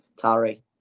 Tari